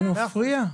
הוא מפריע?